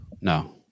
no